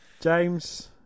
James